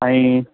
ऐं